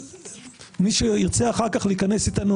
מי שירצה אחר כך להיכנס איתנו,